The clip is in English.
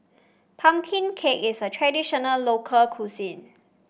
Pumpkin cake is a traditional local cuisine